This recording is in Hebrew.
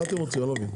אני לא מבין.